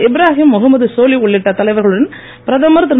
இப்ராகிம் முகமது சோலி உள்ளிட்ட தலைவர்களுடன் பிரதமர் திரு